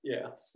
Yes